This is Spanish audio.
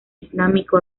islámico